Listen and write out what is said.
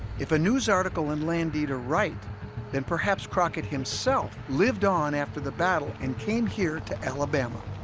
if a news article and landita write then perhaps crockett himself lived on after the battle and came here to alabama